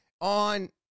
on